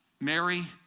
Mary